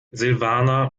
silvana